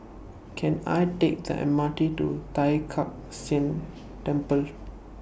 Can I Take The M R T to Tai Kak Seah Temple